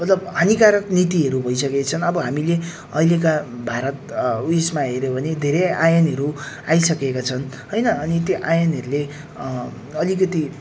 मतलब हानिकारक नीतिहरू भइसकेका छन् अब हामीले अहिलेका भारत उयसमा हेऱ्यौँ भने धेरै आयनहरू आइसकेका छन् होइन अनि त्यो आयनहरूले अलिकति